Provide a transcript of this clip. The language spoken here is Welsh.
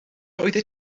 oeddet